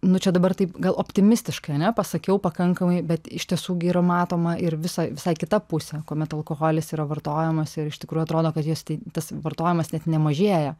nu čia dabar taip gal optimistiškai ane pasakiau pakankamai bet iš tiesų gi yra matoma ir visa visai kita pusė kuomet alkoholis yra vartojamas ir iš tikrųjų atrodo kad jis tai tas vartojimas net nemažėja